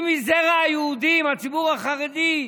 אם מזרע היהודים, הציבור החרדי,